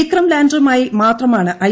വിക്രം ലാൻഡറുമായി മാത്രമാണ് ഐ